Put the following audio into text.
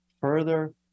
further